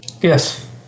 Yes